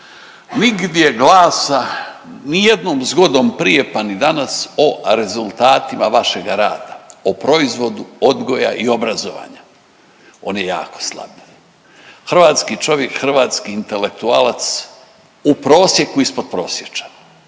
Nigdje glasa nijednom zgodom prije pa ni danas o rezultatima vašega rada, o proizvodu odgoja i obrazovanja. On je jako slab. Hrvatski čovjek, hrvatski intelektualac u prosjeku ispodprosječan.